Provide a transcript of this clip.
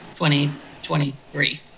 2023